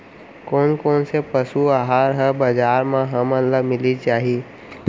कोन कोन से पसु आहार ह बजार म हमन ल मिलिस जाही?